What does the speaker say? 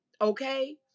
Okay